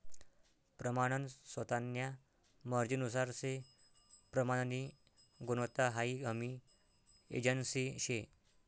प्रमानन स्वतान्या मर्जीनुसार से प्रमाननी गुणवत्ता हाई हमी एजन्सी शे